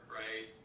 right